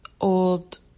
old